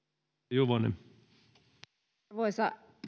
arvoisa